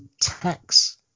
tax